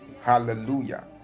hallelujah